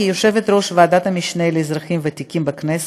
כיושבת-ראש ועדת המשנה לאזרחים ותיקים בכנסת,